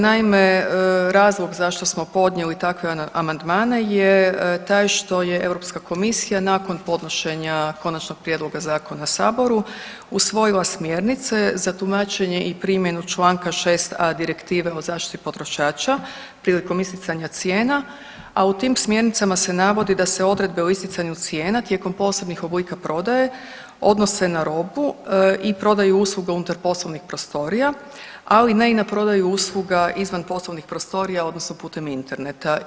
Naime, razlog zašto smo podnijeli takve amandmane je taj što je Europska komisija nakon podnošenja konačnog prijedloga zakona Saboru usvojila smjernice za tumačenje i primjenu članka 6. Direktive o zaštiti potrošača prilikom isticanja cijena, a u tim smjernicama se navodi da se odredbe o isticanju cijena tijekom posebnih oblika prodaje odnose na robu i prodaju usluge unutar poslovnih prostorija, ali ne i na prodaju usluga izvan poslovnih prostorija, odnosno putem interneta.